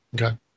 okay